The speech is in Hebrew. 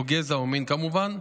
גזע או מין, כמובן.